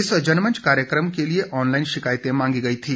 इस जनमंच कार्यक्रम के लिए ऑनलाईन शिकायतें मांगी गई थी